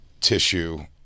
tissue